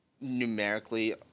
numerically